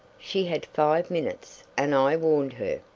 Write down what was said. she had five minutes, and i warned her.